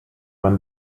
man